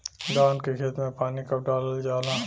धान के खेत मे पानी कब डालल जा ला?